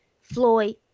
Floyd